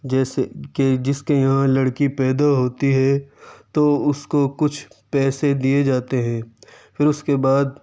جیسے کہ جس کے یہاں لڑکی پیدا ہوتی ہے تو اس کو کچھ پیسے دیے جاتے ہیں پھر اس کے بعد